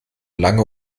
lange